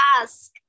Ask